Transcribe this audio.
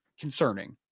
concerning